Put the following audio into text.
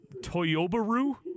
Toyobaru